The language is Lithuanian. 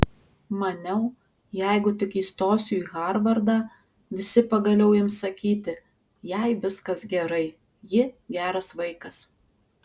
maniau jeigu tik įstosiu į harvardą visi pagaliau ims sakyti jai viskas gerai ji geras vaikas